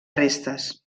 restes